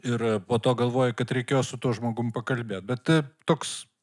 ir po to galvoji kad reikėjo su tuo žmogum pakalbėt bet toks